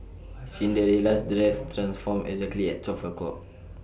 Cinderella's dress transformed exactly at twelve o'clock